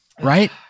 Right